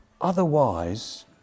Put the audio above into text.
otherwise